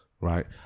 right